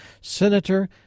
Senator